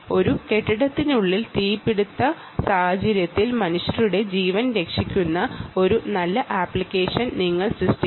ഒരു കെട്ടിടത്തിനുള്ളിലെ തീപിടുത്ത സാഹചര്യത്തിൽ മനുഷ്യരുടെ ജീവൻ രക്ഷിക്കുന്ന ഒരു നല്ല ആപ്ലിക്കേഷൻ നിങ്ങൾ സൃഷ്ടിക്കുന്നു